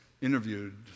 interviewed